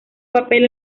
papel